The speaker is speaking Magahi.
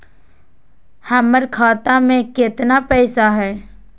हमर खाता मे केतना पैसा हई?